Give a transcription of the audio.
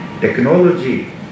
Technology